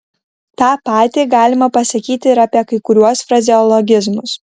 tą patį galima pasakyti ir apie kai kuriuos frazeologizmus